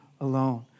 alone